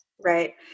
Right